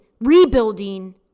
rebuilding